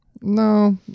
No